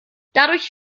dadurch